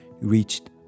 reached